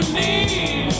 need